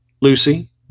Lucy